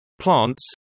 plants